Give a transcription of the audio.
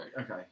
okay